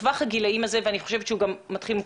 אנחנו יודעים שזה קיים והשאלה היא מה אנחנו עושים עם זה.